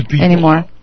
anymore